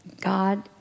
God